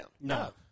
No